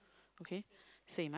okay same ah